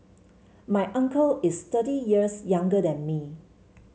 my uncle is thirty years younger than me